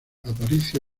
aparicio